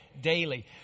daily